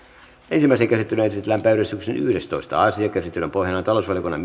ensimmäiseen käsittelyyn esitellään päiväjärjestyksen kahdestoista asia käsittelyn pohjana on talousvaliokunnan